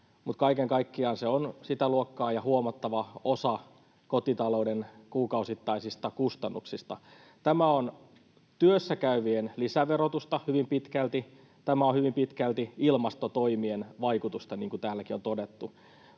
Kaiken kaikkiaan se on sitä luokkaa ja huomattava osa kotitalouden kuukausittaisista kustannuksista. Tämä on työssä käyvien lisäverotusta hyvin pitkälti. Tämä on hyvin pitkälti ilmastotoimien vaikutusta, niin kuin täälläkin on todettu.